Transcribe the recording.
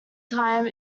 time